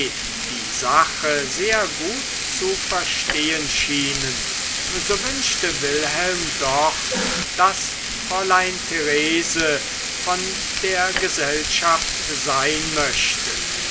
die sache sehr gut zu verstehen schienen so wünschte wilhelm doch daß fräulein therese von der gesellschaft sein möchte